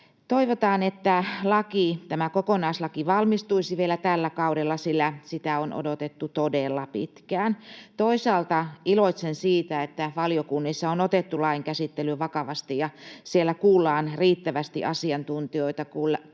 Toivotaan, että tämä kokonaislaki valmistuisi vielä tällä kaudella, sillä sitä on odotettu todella pitkään. Toisaalta iloitsen siitä, että valiokunnissa on otettu lainkäsittely vakavasti ja siellä kuullaan riittävästi asiantuntijoita, koska